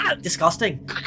Disgusting